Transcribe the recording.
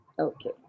Okay